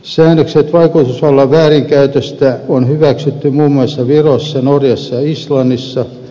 säännökset vaikutusvallan väärinkäytöstä on hyväksytty muun muassa virossa norjassa ja islannissa